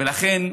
ולכן,